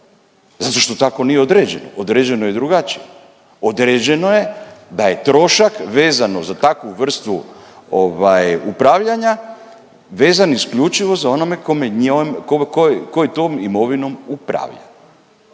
zato što tako nije određeno, određeno je drugačije. Određeno je da je trošak vezano za takvu vrstu ovaj upravljanja vezan isključivo za onome kome njom, koji tom imovinom upravlja.